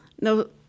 no